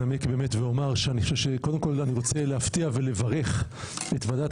אני אנמק אבל קודם כל אני רוצה להפתיע ולברך את ועדת